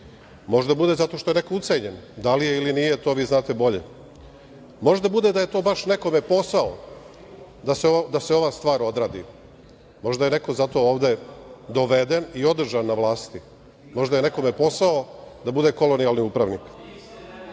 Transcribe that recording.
može da bude zato što je neko ucenjen, da li je ili nije, vi to bolje znate. Može da bude zato što je to nekom posao, da se ova stvar odradi i možda je zato neko ovde doveden i održan na vlasti, možda je nekome posao da bude kolonijalni upravnik? Glavni